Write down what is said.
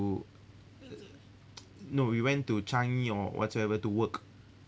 to no we went to changi or whatsoever to work